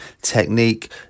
technique